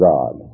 God